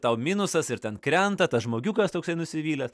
tau minusas ir ten krenta tas žmogiukas toksai nusivylęs